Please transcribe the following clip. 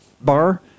bar